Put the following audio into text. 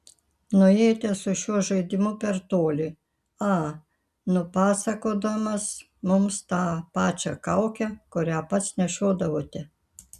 nuėjote su šiuo žaidimu per toli a nupasakodamas mums tą pačią kaukę kurią pats nešiodavote